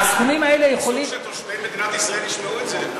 אסור שתושבי מדינת ישראל ישמעו את זה.